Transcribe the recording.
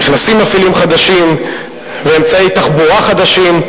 נכנסים מפעילים חדשים ואמצעי תחבורה חדשים.